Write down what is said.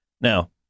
Now